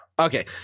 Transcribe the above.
okay